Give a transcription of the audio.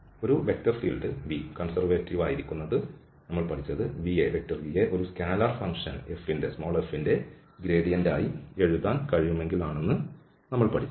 ഒരു vector field V conservative ആയിരിക്കുന്നത് നമ്മൾ പഠിച്ചത് V യെ ഒരു സ്കെലാർ ഫങ്ക്ഷൻ f ന്റെ ഗ്രേഡിയന്റായി എഴുതാൻ കഴിയുമെങ്കിൽ ആണെന്ന് നമ്മൾ പഠിച്ചു